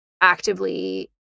actively